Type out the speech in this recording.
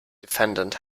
defendant